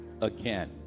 again